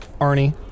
Arnie